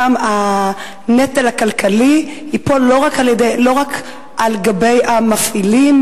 הנטל הכלכלי ייפול לא רק על גבי המפעילים,